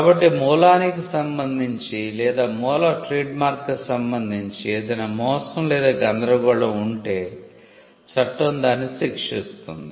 కాబట్టి మూలానికి సంబంధించి లేదా మూల ట్రేడ్మార్క్ కు సంబంధించి ఏదైనా మోసం లేదా గందరగోళం ఉంటే చట్టం దాన్ని శిక్షిస్తుంది